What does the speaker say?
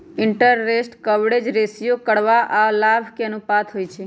interest coverage ratio करजा आऽ लाभ के अनुपात होइ छइ